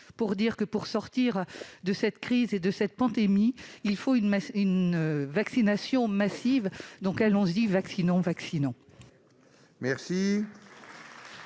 vous : pour sortir de cette crise et de cette pandémie, il faut une vaccination massive ; donc, allons-y, vaccinons, vaccinons !